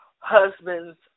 husband's